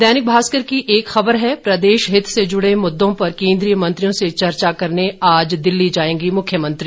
दैनिक भास्कर की एक खबर है प्रदेश हित से जुड़े मुद्दों पर केंद्रीय मंत्रियों से चर्चा करने आज दिल्ली जाएंगे मुख्यमंत्री